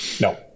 No